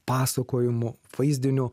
pasakojimu vaizdiniu